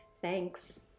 Thanks